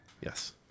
Yes